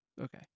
Okay